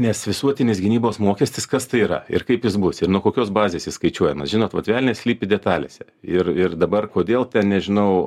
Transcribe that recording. nes visuotinis gynybos mokestis kas tai yra ir kaip jis bus ir nuo kokios bazės jis skaičiuojamas žinot kad velnias slypi detalėse ir ir dabar kodėl nežinau